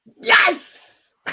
Yes